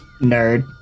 Nerd